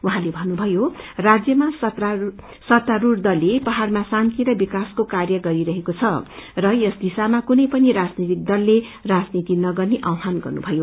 उहाँले भन्नुषयो राज्यमा सत्तास्क दलले पहाडमा शान्ति र विकासको कार्य गरिरहेको द र यस दिशाम कुनै पनि राजनैतिक दलले राजनीति नगर्ने आकान गर्नुभयो